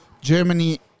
Germany